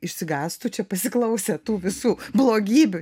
išsigąstų čia pasiklausę tų visų blogybių